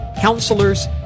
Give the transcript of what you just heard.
counselors